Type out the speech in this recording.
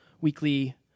weekly